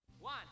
One